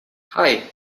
hei